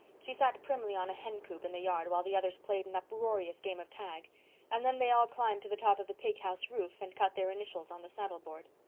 she sat primly on a hencoop in the yard while the others played an uproarious game of tag and then they all climbed to the top of the pig-house roof and cut their initials on the saddleboard.